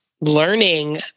learning